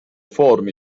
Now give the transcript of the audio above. form